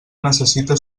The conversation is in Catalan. necessita